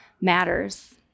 matters